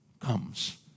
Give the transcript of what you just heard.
comes